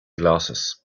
glasses